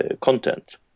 content